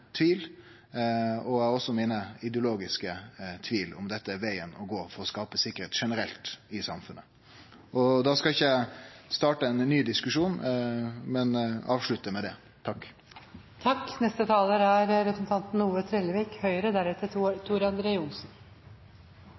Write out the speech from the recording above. tvil, og eg har også min ideologiske tvil om dette er vegen å gå for å skape sikkerheit generelt i samfunnet. Da skal ikkje eg starte ein ny diskusjon, men avslutte med